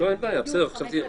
כתב האישום,